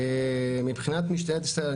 מבחינת משטרת ישראל,